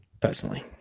Personally